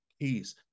peace